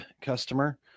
customer